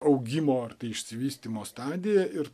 augimo ar išsivystymo stadija ir